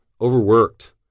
Overworked